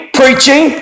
preaching